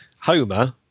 homer